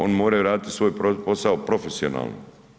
Oni moraju raditi svoj posao profesionalno.